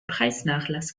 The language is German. preisnachlass